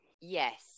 Yes